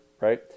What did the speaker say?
right